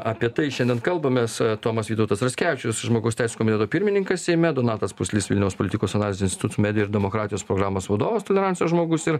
apie tai šiandien kalbamės tomas vytautas raskevičius žmogaus teisių komiteto pirmininkas seime donatas pūslys vilniaus politikos analizės instituto medijų ir demokratijos programos vadovas tolerancijos žmogus ir